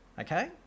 Okay